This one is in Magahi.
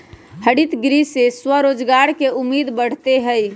हरितगृह से स्वरोजगार के उम्मीद बढ़ते हई